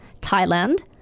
Thailand